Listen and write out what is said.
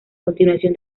continuación